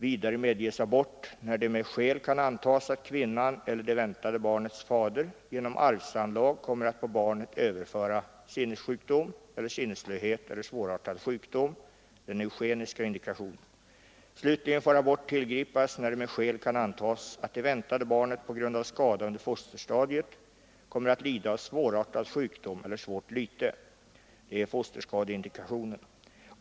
Vidare medges abort när det med skäl kan antas att kvinnan eller det väntade barnet på grund av skada under fosterstadiet kommer att lida av svårartad sjukdom eller svårt lyte — fosterskadeindikationen.